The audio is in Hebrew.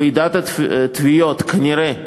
ועידת התביעות כנראה תהיה,